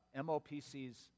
MOPC's